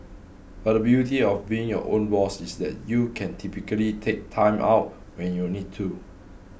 but the beauty of being your own boss is that you can typically take Time Out when you need to